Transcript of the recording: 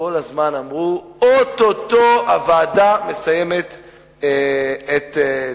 כל הזמן אמרו: או-טו-טו הוועדה מסיימת את תפקידה.